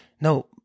No